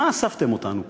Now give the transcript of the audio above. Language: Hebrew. למה אספתם אותנו פה?